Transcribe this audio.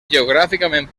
geogràficament